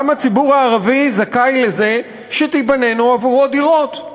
גם הציבור הערבי זכאי לזה שתיבנינה עבורו דירות.